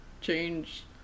change